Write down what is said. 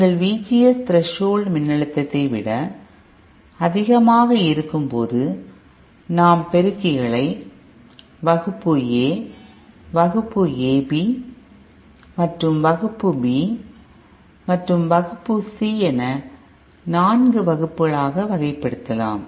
எங்கள் VGS threshold மின்னழுத்தத்தை விட அதிகமாக இருக்கும்போது நாம் பெருக்கிகளை வகுப்பு A வகுப்பு AB ஏ பி மற்றும் வகுப்பு B மற்றும் வகுப்பு C என நான்கு வகுப்புகளாக வகைப்படுத்தலாம்